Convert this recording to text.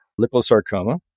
liposarcoma